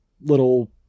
little